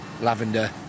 lavender